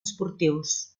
esportius